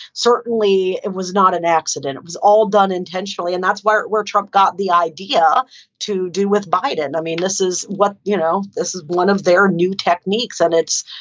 certainly, it was not an accident. it was all done intentionally. and that's where it where trump got the idea to do with biden i mean, this is what you know, this is one of their new techniques. and it's,